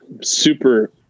super